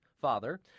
Father